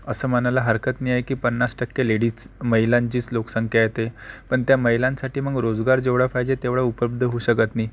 असं म्हणायला हरकत नाहीये की पन्नास टक्के लेडीज महिलांचीच लोकसंख्या येते पण त्या महिलांसाठी मग रोजगार जेवढा पाहिजे तेवढा उपलब्ध होऊ शकत नाही